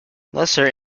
lesser